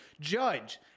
Judge